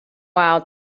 while